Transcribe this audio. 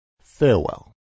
Farewell